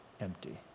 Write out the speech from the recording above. empty